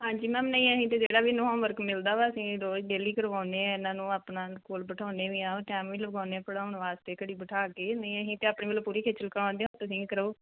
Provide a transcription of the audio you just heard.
ਹਾਂਜੀ ਮੈਮ ਨਹੀਂ ਅਸੀਂ ਤਾਂ ਜਿਹੜਾ ਵੀ ਇਹਨੂੰ ਹੋਮਵਰਕ ਮਿਲਦਾ ਵਾ ਅਸੀਂ ਰੋਜ਼ ਡੇਲੀ ਕਰਵਾਉਂਦੇ ਹਾਂ ਇਨ੍ਹਾਂ ਨੂੰ ਆਪਣਾ ਕੋਲ ਬਿਠਾਉਂਦੇ ਵੀ ਹਾਂ ਟਾਇਮ ਵੀ ਲਗਵਾਉਂਦੇ ਹਾਂ ਪੜ੍ਹਾਉਣ ਵਾਸਤੇ ਘੜੀ ਬਿਠਾ ਕੇ ਨਹੀਂ ਅਸੀਂ ਤਾਂ ਆਪਣੇ ਵੱਲੋਂ ਪੂਰੀ ਖੇਚਲ ਕਰਾਂਣਡੇ ਹਾਂ ਹੁਣ ਤੁਸੀਂ ਵੀ ਕਰੋ